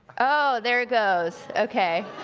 oh, there it goes, okay.